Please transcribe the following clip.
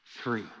three